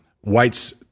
whites